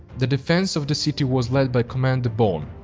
the defense of the city was led by commander bon.